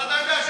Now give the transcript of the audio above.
אבל אתה יודע,